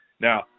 Now